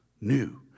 new